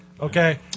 okay